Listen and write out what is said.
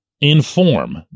inform